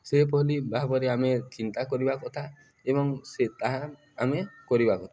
ସେଭଳି ଭାବରେ ଆମେ ଚିନ୍ତା କରିବା କଥା ଏବଂ ସେ ତାହା ଆମେ କରିବା କଥା